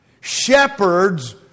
Shepherds